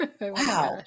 Wow